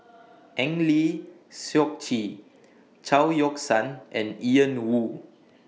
Eng Lee Seok Chee Chao Yoke San and Ian Woo